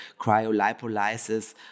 cryolipolysis